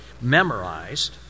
memorized